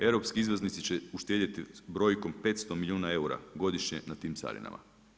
Europski izvoznici će uštedjeti brojkom 500 milijuna eura godišnje na tim carinama.